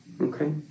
Okay